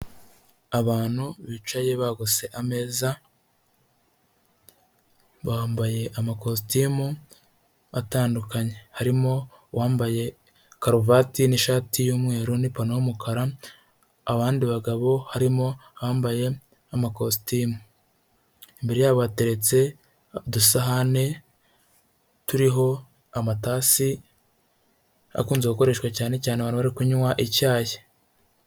Abantu bicaye bagose ameza bambaye amakositimu atandukanye, harimo uwambaye karuvati n'ishati y'umweru n'ipantaro y'umukara abandi bagabo harimo hambaye amakositimu, imbere yabo hateretse udusahane turiho amatasi akunze gukoreshwa cyane cyane abantu bari kunywa icyayi.